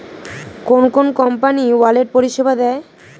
কোন কোন company wallet পরিষেবা দেয়?